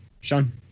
Sean